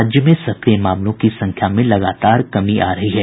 राज्य में सक्रिय मामलों की संख्या में लगातार कमी आ रही है